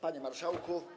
Panie Marszałku!